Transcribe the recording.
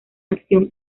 acción